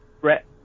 Brett